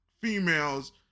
females